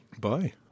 Bye